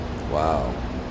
Wow